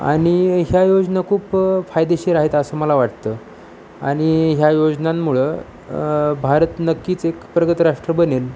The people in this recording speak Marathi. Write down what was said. आणि ह्या योजना खूप फायदेशीर आहेत असं मला वाटतं आणि ह्या योजनांमुळं भारत नक्कीच एक प्रगत राष्ट्र बनेल